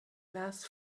last